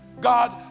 God